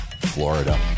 Florida